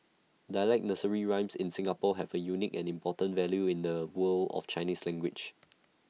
dialect nursery rhymes in Singapore have A unique and important value in the world of Chinese language